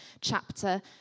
chapter